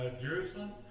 Jerusalem